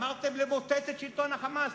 אמרתם: למוטט את שלטון ה"חמאס",